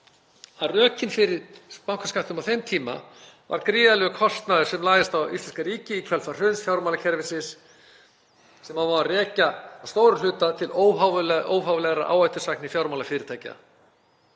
að rökin fyrir bankaskattinum á þeim tíma var gríðarlegur kostnaður sem lagðist á íslenska ríkið í kjölfar hruns fjármálakerfisins sem má rekja að stórum hluta til óhóflegrar áhættusækni fjármálafyrirtækja.